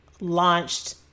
launched